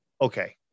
okay